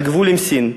על הגבול עם סין.